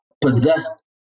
possessed